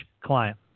client